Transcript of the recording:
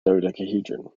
dodecahedron